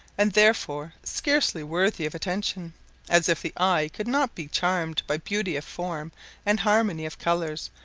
and therefore scarcely worthy of attention as if the eye could not be charmed by beauty of form and harmony of colours,